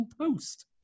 Post